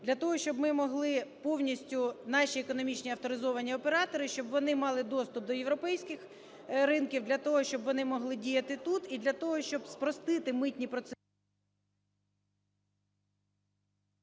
для того, щоб ми могли повністю, наші економічні авторизовані оператори, щоб вони мали доступ до європейських ринків для того, щоб вони могли діяти тут, і для того, щоб спростити митні…